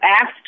asked